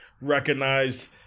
recognize